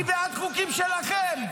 אני בעד חוקים שלכם.